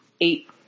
eight